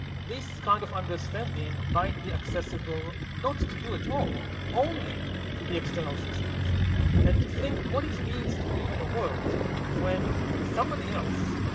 this kind of understanding might be accessible not to you at all, only to the external systems and to think what it means to live in a world when somebody else,